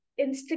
Instagram